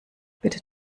bitte